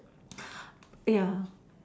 ya